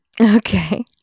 Okay